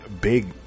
big